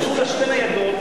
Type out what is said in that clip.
שלחו לה שתי ניידות,